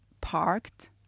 parked